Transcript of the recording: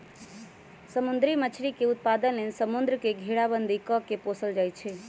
समुद्री मछरी के उत्पादन लेल समुंद्र के घेराबंदी कऽ के पोशल जाइ छइ